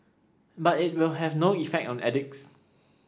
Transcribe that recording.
but it will have no effect on addicts